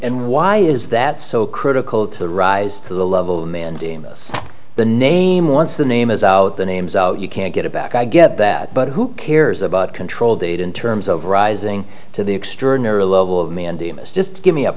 and why is that so critical to rise to the level of mandamus the name once the name is out the names out you can't get it back i get that but who cares about control data in terms of rising to the extraordinary level of mandamus just give me a